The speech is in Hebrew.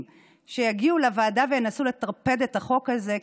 שיגיעו לוועדה וינסו לטרפד את החוק הזה.